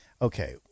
Okay